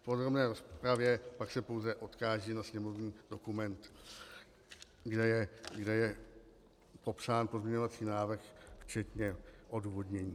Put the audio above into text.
V podrobné rozpravě pak se pouze odkážu na sněmovní dokument, kde je popsán pozměňovací návrh včetně odůvodnění.